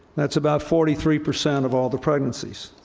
that's about forty three percent of all the pregnancies.